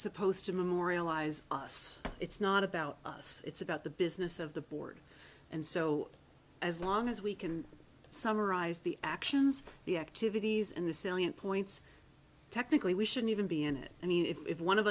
supposed to memorialize us it's not about us it's about the business of the board and so as long as we can summarize the actions the activities and the salient points technically we shouldn't even be in it i mean if one of